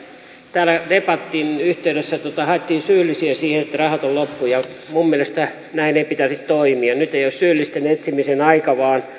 täällä debatin yhteydessä haettiin syyllisiä siihen että rahat ovat loppu ja minun mielestäni näin ei pitäisi toimia nyt ei ole syyllisten etsimisen aika vaan